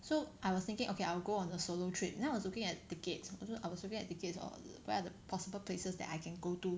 so I was thinking okay I will go on a solo trip then I was looking at tickets also I was looking at tickets or where are the possible places that I can go to